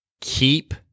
keep